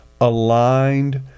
aligned